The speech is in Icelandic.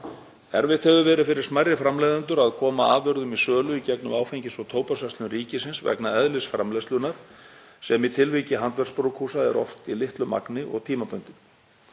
Erfitt hefur verið fyrir smærri framleiðendur að koma afurðum í sölu í gegnum Áfengis- og tóbaksverslun ríkisins vegna eðlis framleiðslunnar sem í tilviki handverksbrugghúsa er oft í litlu magni og tímabundið.